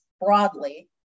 broadly